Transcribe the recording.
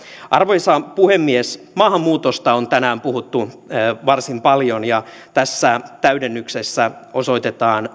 arvoisa puhemies maahanmuutosta on tänään puhuttu varsin paljon ja tässä täydennyksessä osoitetaan